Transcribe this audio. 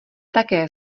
také